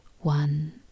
one